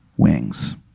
wings